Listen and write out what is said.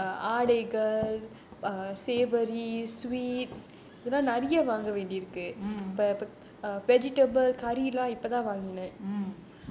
mm mm